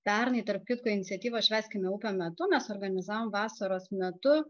pernai tarp kitko iniciatyvos švęskime upę metu mes organizavom vasaros metu